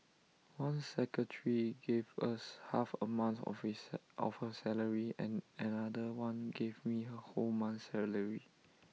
one secretary gave us half A month of his of her salary and another one gave me her whole month's salary